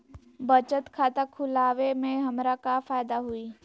बचत खाता खुला वे में हमरा का फायदा हुई?